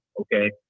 okay